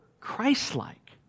Christ-like